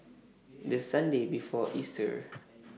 The Sunday before Easter